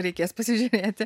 reikės pasižiūrėti